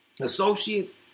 associate